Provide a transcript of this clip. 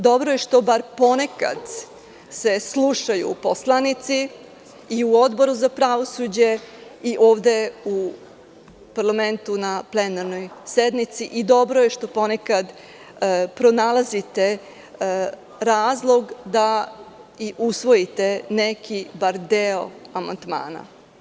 Dobro je što bar ponekad se slušaju poslanici, i Odboru za pravosuđe i ovde u parlamentu na plenarnoj sednici, i dobro je što ponekad pronalazite razlog da i usvojite neki, bar deo amandmana.